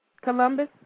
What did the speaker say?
Columbus